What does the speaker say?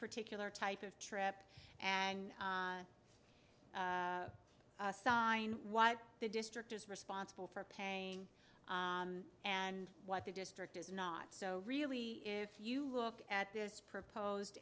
particular type of trip and assign what the district is responsible for paying and what the district is not so really if you look at this proposed